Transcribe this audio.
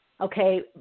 Okay